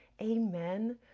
Amen